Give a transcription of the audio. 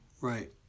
Right